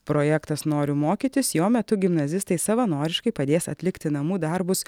projektas noriu mokytis jo metu gimnazistai savanoriškai padės atlikti namų darbus